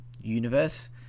universe